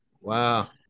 Wow